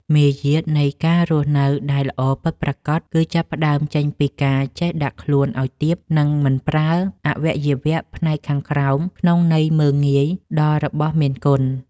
មារយាទនៃការរស់នៅដែលល្អពិតប្រាកដគឺចាប់ផ្តើមចេញពីការចេះដាក់ខ្លួនឱ្យទាប និង មិនប្រើប្រាស់អវយវៈផ្នែកខាងក្រោមក្នុងន័យមើលងាយដល់របស់មានគុណ។